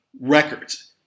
records